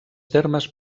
termes